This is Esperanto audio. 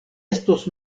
estos